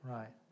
Right